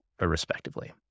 respectively